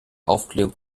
aufklärung